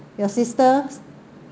your sister